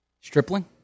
Stripling